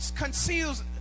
conceals